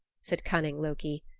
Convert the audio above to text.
said cunning loki.